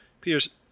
peter's